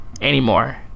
anymore